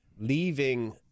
leaving